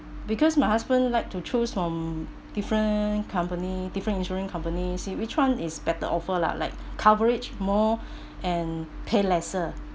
because my husband like to choose from different company different insurance company see which one is better offer lah like coverage more and pay lesser